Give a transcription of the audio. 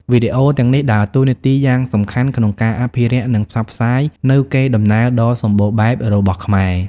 វីដេអូទាំងនេះដើរតួនាទីយ៉ាងសំខាន់ក្នុងការអភិរក្ស និងផ្សព្វផ្សាយនូវកេរដំណែលដ៏សម្បូរបែបរបស់ខ្មែរ។